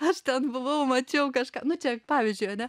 aš ten buvau mačiau kažką nu čia pavyzdžiui ane